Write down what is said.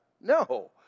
No